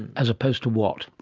as opposed to what?